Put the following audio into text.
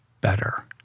better